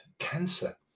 cancer